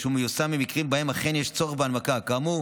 ושהוא מיושם במקרים שיש בהם צורך בהנמקה כאמור,